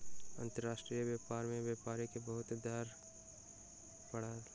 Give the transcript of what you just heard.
अंतर्राष्ट्रीय व्यापार में व्यापारी के बहुत कर दिअ पड़ल